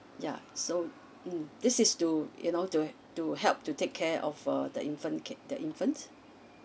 yeah so mm this is to you know to to help to take care of uh the infant care the infant